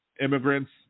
immigrants